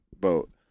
Boat